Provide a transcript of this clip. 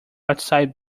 outside